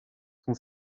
son